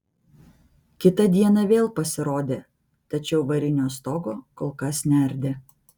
kitą dieną vėl pasirodė tačiau varinio stogo kol kas neardė